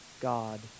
God